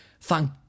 Thank